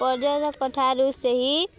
ପର୍ଯ୍ୟଟକଠାରୁ ସେହି